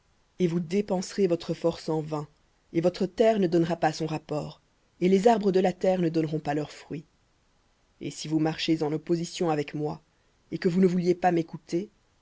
et vous dépenserez votre force en vain et votre terre ne donnera pas son rapport et les arbres de la terre ne donneront pas leur fruit et si vous marchez en opposition avec moi et que vous ne vouliez pas m'écouter